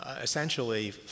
essentially